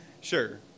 Sure